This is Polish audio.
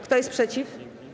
Kto jest przeciw?